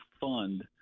fund